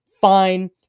fine